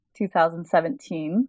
2017